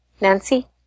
Nancy